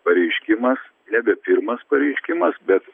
pareiškimas nebe pirmas pareiškimas bet